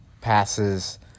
passes